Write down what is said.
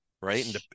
Right